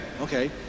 okay